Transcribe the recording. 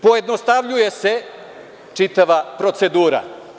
Pojednostavljuje se čitava procedura.